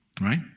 right